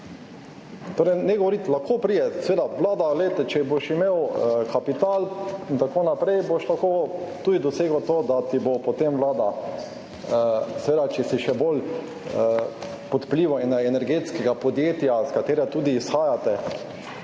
objekte. Ne govoriti, lahko pride, seveda, če boš imel kapital in tako naprej, boš lahko dosegel tudi to, da ti bo potem Vlada, seveda, če si še bolj pod vplivom energetskega podjetja, iz katerega tudi izhajate,